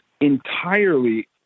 entirely